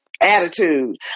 attitude